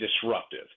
disruptive